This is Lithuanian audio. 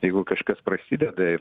jeigu kažkas prasideda ir